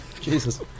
Jesus